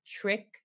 trick